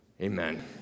Amen